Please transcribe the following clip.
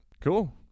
Cool